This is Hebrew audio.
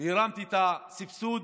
והרמתי את הסבסוד